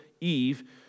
eve